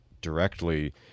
directly